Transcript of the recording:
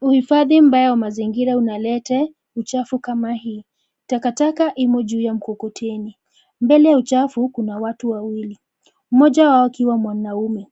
Uhifadhi mbaya wa mazingira unalete uchafu kama hii. Takataka imo juu ya mkokoteni. Mbele ya uchafu, kuna watu wawili. Mmoja wao akiwa mwanaume.